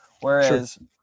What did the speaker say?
whereas